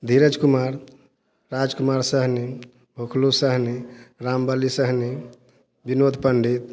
Dheeraj Kumar Raj Kumar Sahni Bhaklu Sahni Ram Bali Sahni Vinod Pandit